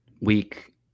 week